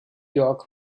york